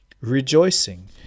rejoicing